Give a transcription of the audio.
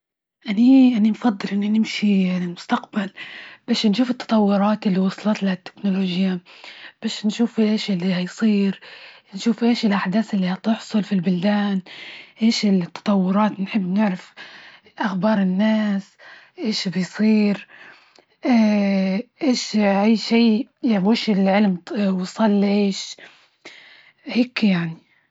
أني- أني نفضل، إني نمشي للمستقبل، بش نشوف التطورات إللي وصلت لها التكنولوجيا، بش نشوف إيش إللي هيصير نشوف إيش الأحداث إللي هتحصل في البلدان، إيش التطورات؟ نحب نعرف أخبار الناس إيش بيصير، إيش أى شي، وأيش العلم وصل لإيش، وهيكى يعنى.